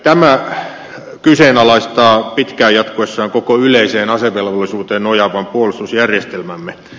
tämä kyseenalaistaa pitkään jatkuessaan koko yleiseen asevelvollisuuteen nojaavan puolustusjärjestelmämme